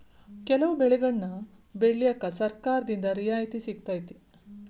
ಕೆಲವು ಬೆಳೆಗನ್ನಾ ಬೆಳ್ಯಾಕ ಸರ್ಕಾರದಿಂದ ರಿಯಾಯಿತಿ ಸಿಗತೈತಿ